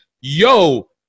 yo